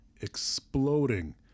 exploding